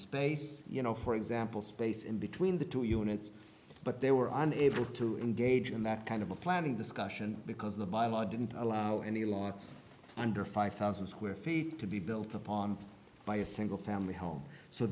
space you know for example space in between the two units but they were unable to engage in that kind of a planning discussion because the by law didn't allow any lights under five thousand square feet to be built upon by a single family home so